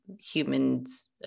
humans